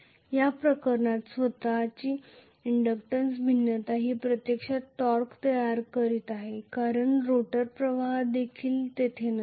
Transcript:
या प्रकरणात स्वत ची इंडक्टन्स भिन्नता ही प्रत्यक्षात टॉर्क तयार करीत आहे कारण रोटर प्रवाह देखील तेथे नसतो